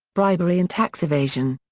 bribery and tax evasion.